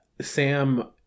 Sam